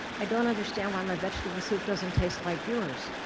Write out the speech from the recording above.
i don't understand why my vegetable soup doesn't taste like yours.